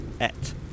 Et